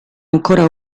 ancora